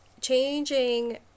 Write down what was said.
changing